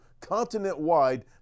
continent-wide